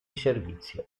servizio